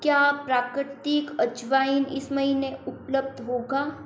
क्या प्राकृतिक अजवाइन इस महीने उपलब्ध होगा